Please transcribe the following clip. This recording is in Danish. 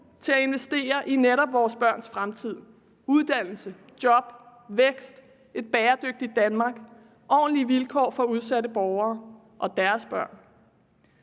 til at investere i netop vores børns fremtid: uddannelse, job, vækst, et bæredygtigt Danmark, ordentlige vilkår for udsatte borgere og deres børn.